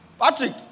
Patrick